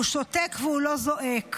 הוא שותק והוא לא זועק.